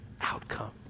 outcome